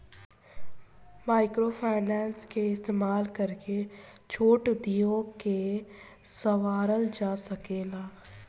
microfinance के इस्तमाल करके छोट उद्योग के सवारल जा सकेला